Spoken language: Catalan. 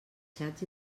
xats